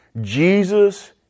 Jesus